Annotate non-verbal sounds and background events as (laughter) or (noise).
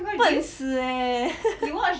笨死 eh (laughs)